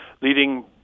leading